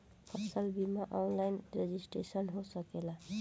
फसल बिमा online registration हो सकेला?